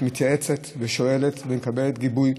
את מתייעצת ושואלת ומקבלת גיבוי,